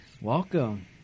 Welcome